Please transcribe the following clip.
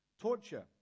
torture